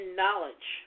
knowledge